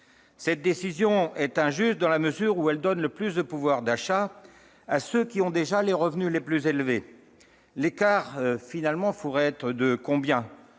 Cette décision est injuste, dans la mesure où elle donne le plus de pouvoir d'achat à ceux qui ont déjà les revenus les plus élevés. Je rappelle que 30 % de nos